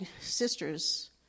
sister's